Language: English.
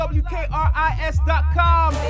wkris.com